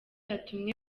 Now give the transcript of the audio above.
yatumwe